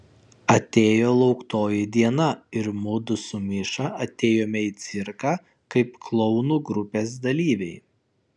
atėjo lauktoji diena ir mudu su miša atėjome į cirką kaip klounų grupės dalyviai